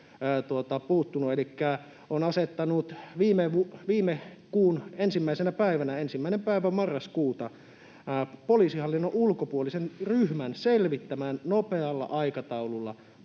on asettanut viime kuun ensimmäisenä päivänä, 1. päivänä marraskuuta, poliisihallinnon ulkopuolisen ryhmän selvittämään nopealla aikataululla poliisin